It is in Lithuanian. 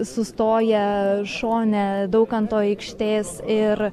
sustoję šone daukanto aikštės ir